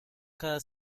cada